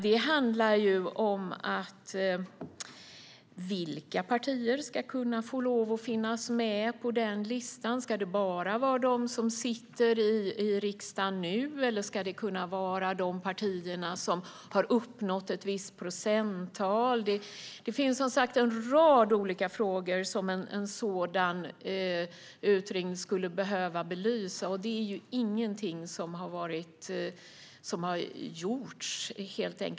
Det handlar om vilka partier som ska få lov att finnas med på den listan. Ska det bara vara de som sitter i riksdagen nu, eller ska det vara de partier som har uppnått ett visst procenttal? Det finns en rad olika frågor som en sådan utredning skulle behöva belysa, och det är ju ingenting som har gjorts.